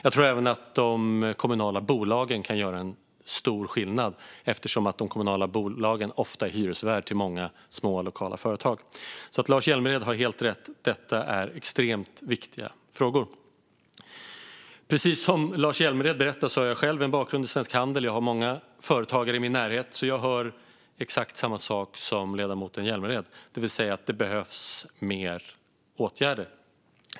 Jag tror även att de kommunala bolagen kan göra stor skillnad eftersom de ofta är hyresvärd åt många små lokala företag. Lars Hjälmered har helt rätt: Detta är extremt viktiga frågor. Precis som Lars Hjälmered berättade har jag själv en bakgrund i Svensk Handel. Jag har många företagare i min närhet, och jag hör exakt samma sak som ledamoten Hjälmered, det vill säga att det behövs mer åtgärder.